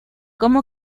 como